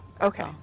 Okay